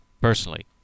personally